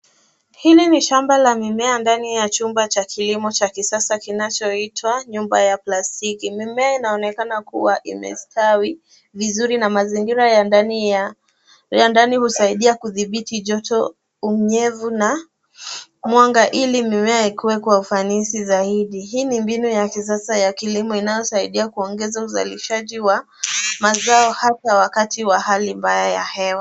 Hili ni shamba la mimea ndani ya chumba cha kilimo cha kisasa kinachoitwa; Nyumba ya plastiki. Mimea inaonekana kuwa imestawi vizuri na mazingira ya ndani husaidia kudhibiti joto, unyevu na mwanga ili mimea ikue kwa ufanizi zaidi. Hii ni mbinu ya kisasa ya kilimo inayosaidia kuongeza uzalishaji wa mazao hasa wakati wa hali mbaya ya hewa.